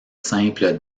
simple